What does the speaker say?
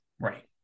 right